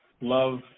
love